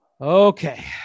Okay